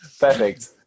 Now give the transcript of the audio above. Perfect